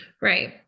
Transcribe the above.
Right